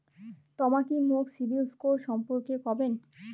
তমা কি মোক সিবিল স্কোর সম্পর্কে কবেন?